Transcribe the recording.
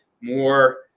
more